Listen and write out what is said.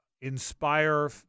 inspire